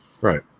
Right